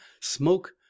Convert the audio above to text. smoke